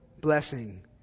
blessing